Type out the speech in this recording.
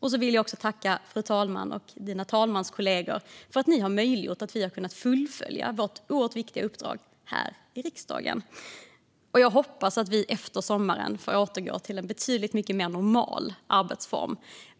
Jag vill också tacka fru talmannen och hennes talmanskollegor för att ni gjort det möjligt för oss att fullfölja vårt oerhört viktiga uppdrag här i riksdagen. Jag hoppas att vi efter sommaren får återgå till betydligt mer normala arbetsformer.